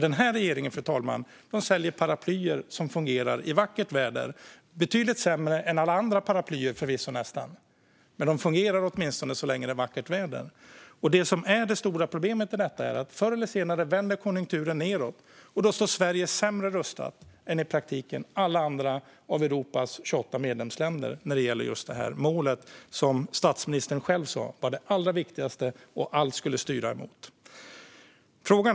Den här regeringen, fru talman, säljer paraplyer som fungerar i vackert väder. De fungerar förvisso betydligt sämre än nästan alla andra paraplyer, men de fungerar åtminstone så länge det är vackert väder. Det som är det stora problemet i detta är att konjunkturen förr eller senare vänder nedåt. Då står Sverige sämre rustat än i praktiken alla andra av EU:s 28 medlemsländer när det gäller just det här målet, som statsministern själv sa var det allra viktigaste målet som allt skulle styra emot.